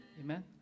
Amen